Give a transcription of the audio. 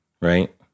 right